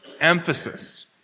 emphasis